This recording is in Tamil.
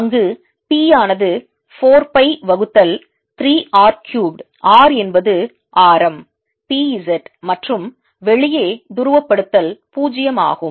அங்கு p ஆனது 4 பை வகுத்தல் 3 R cubed R என்பது ஆரம் P z மற்றும் வெளியே துருவப்படுத்தல் 0 ஆகும்